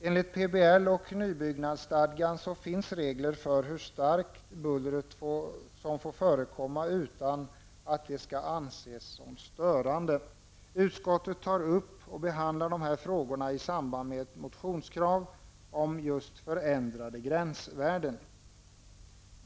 Enligt PBL och nybyggnadsstadgan finns regler för hur starkt buller som får förekomma utan att det skall anses som störande. Utskottet tar upp och behandlar dessa frågor i samband med motionskrav om förändrade gränsvärden.